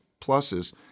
pluses